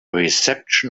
reception